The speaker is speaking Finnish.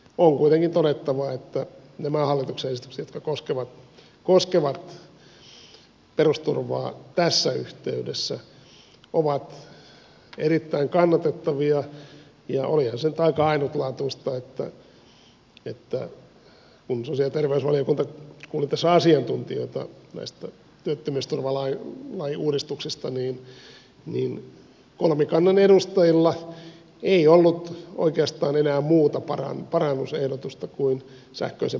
on kuitenkin todettava että nämä hallituksen esitykset jotka koskevat perusturvaa tässä yhteydessä ovat erittäin kannatettavia ja olihan se nyt aika ainutlaatuista että kun sosiaali ja terveysvaliokunta kuuli asiantuntijoita tästä työttömyysturvalain uudistuksesta niin kolmikannan edustajilla ei ollut oikeastaan enää muuta parannusehdotusta kuin sähköisen palkkatodistuksen aikaansaaminen